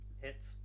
Hits